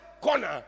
corner